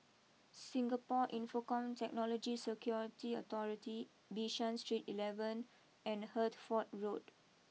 Singapore Infocomm Technology Security Authority Bishan Street eleven and Hertford Road